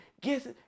Guess